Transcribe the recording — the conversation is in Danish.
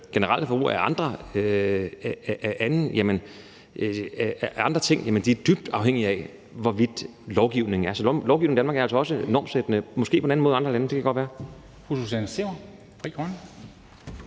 generelle forbrug af andre ting, er det dybt afhængigt af, hvordan lovgivningen er. Så lovgivningen i Danmark er altså også normsættende, måske på en anden måde end i andre lande.